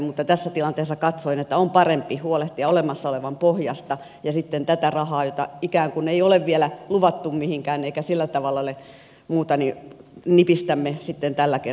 mutta tässä tilanteessa katsoin että on parempi huolehtia olemassa olevan pohjasta ja sitten tästä rahasta jota ikään kuin ei ole vielä luvattu mihinkään eikä sillä tavalla ole muuta nipistämme sitten tällä kertaa